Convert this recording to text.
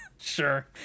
sure